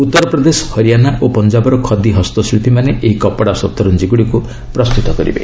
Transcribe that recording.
ଉତ୍ତରପ୍ରଦେଶ ହରିଆଣା ଓ ପଞ୍ଜାବର ଖଦି ହସ୍ତଶିଳ୍ପୀମାନେ ଏହି କପଡ଼ା ସତରଞ୍ଜିଗୁଡ଼ିକୁ ପ୍ରସ୍ତୁତ କରିବେ